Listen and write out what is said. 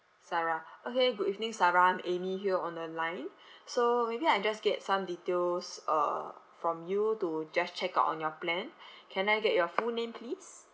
sarah okay good evening sarah I'm amy here on the line so maybe I just get some details uh from you to just check out on your plan can I get your full name please